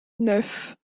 neuf